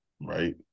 right